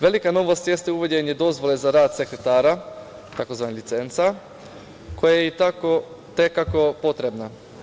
Velika novost jeste uvođenje dozvole za rad sekretara, tzv. „licenca“, koja je i te kako potrebna.